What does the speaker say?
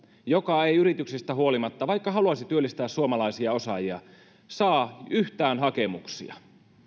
joka ei yrityksistä huolimatta vaikka haluaisi työllistää suomalaisia osaajia saa yhtään hakemuksia